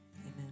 Amen